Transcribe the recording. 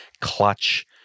clutch